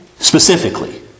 Specifically